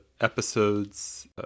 episodes